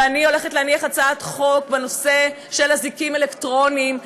ואני הולכת להניח הצעת חוק בנושא של אזיקים אלקטרוניים,